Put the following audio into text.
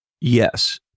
Yes